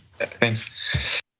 thanks